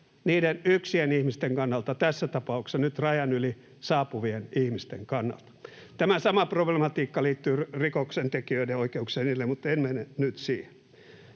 niiden yksien ihmisten kannalta, tässä tapauksessa nyt rajan yli saapuvien ihmisten kannalta. Tämä sama problematiikka liittyy rikoksentekijöiden oikeuksiin ja niin edelleen, mutta en mene nyt siihen.